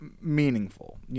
meaningful